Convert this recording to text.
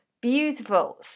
Beautiful